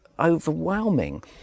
overwhelming